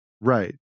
right